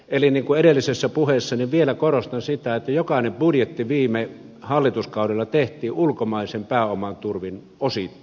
eli niin kuin edellisessä puheessa tuli esille niin vielä korostan sitä että jokainen budjetti viime hallituskaudella tehtiin ulkomaisen pääoman turvin osittain